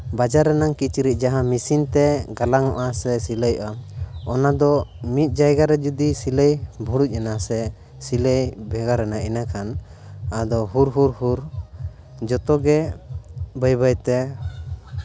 ᱵᱟᱡᱟᱨ ᱨᱮᱱᱟᱜ ᱠᱤᱪᱨᱤᱡ ᱡᱟᱦᱟᱸ ᱢᱮᱥᱤᱱᱛᱮ ᱜᱟᱞᱟᱝᱚᱜᱼᱟ ᱥᱮ ᱥᱤᱞᱟᱹᱭᱚᱜᱼᱟ ᱚᱱᱟᱫᱚ ᱢᱤᱫ ᱡᱟᱭᱜᱟ ᱨᱮ ᱡᱩᱫᱤ ᱥᱤᱞᱟᱹᱭ ᱵᱷᱩᱲᱩᱡ ᱮᱱᱟ ᱥᱮ ᱥᱤᱞᱟᱹᱭ ᱵᱷᱮᱜᱟᱨ ᱮᱱᱟ ᱮᱸᱰᱮᱠᱷᱟᱱ ᱟᱫᱚ ᱦᱩᱨ ᱦᱩᱨ ᱦᱩᱨ ᱡᱚᱛᱚᱜᱮ ᱵᱟᱹᱭ ᱵᱟᱹᱭᱛᱮ